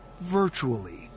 virtually